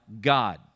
God